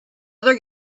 other